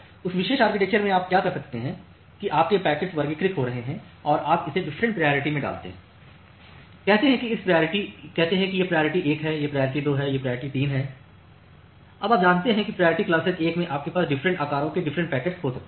उस विशेष आर्किटेक्चर में आप क्या कर सकते हैं कि आपके पैकेट्स वर्गीकृत हो रहे हैं तो आप इसे डिफरेंट प्रायोरिटी में डालते हैं कहते हैं कि यह प्रायोरिटी 1 है यह प्रायोरिटी 2 है यह प्रायोरिटी है 3 अब आप जानते हैं कि प्रायोरिटी क्लासेस 1 में आपके पास डिफरेंट आकारों के डिफरेंट पैकेट्स हो सकते हैं